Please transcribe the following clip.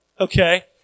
Okay